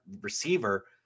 receiver